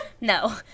No